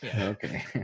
Okay